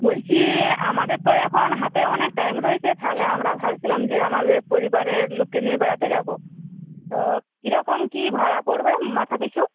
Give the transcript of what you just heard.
বলছি আমাদের তো এখন হাতে অনেক টাইম রয়েছে তাহলে আমরা ভাবছিলাম যে আমাদের পরিবারের লোককে নিয়ে বেড়াতে যাব তো কীরকম কী ভাড়া পড়বে মাথাপিছু